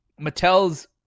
Mattel's